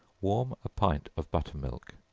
warm a pint of butter-milk,